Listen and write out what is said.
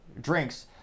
drinks